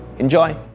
enjoy.